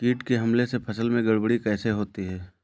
कीट के हमले से फसल में गड़बड़ी कैसे होती है?